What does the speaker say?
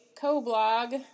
co-blog